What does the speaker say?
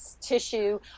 tissue